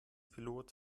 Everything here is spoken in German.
pilot